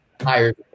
hired